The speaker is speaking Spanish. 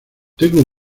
tengo